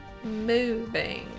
Moving